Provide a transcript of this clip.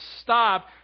Stop